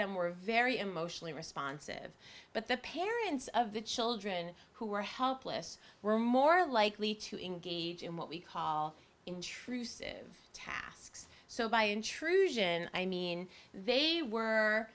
them were very emotionally responsive but the parents of the children who were helpless were more likely to engage in what we call intrusive tasks so by intrusion i mean they were